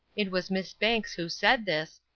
it was miss banks who said this,